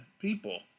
people